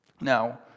Now